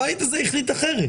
הבית הזה החליט אחרת